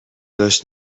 داشت